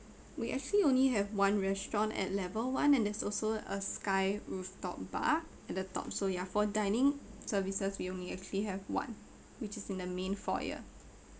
we actually only have one restaurant at level one and there's also a sky rooftop bar at the top so ya for dining services we only actually have one which is in the main foyer